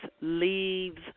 leaves